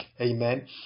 amen